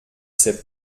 sait